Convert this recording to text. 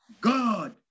God